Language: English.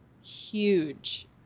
huge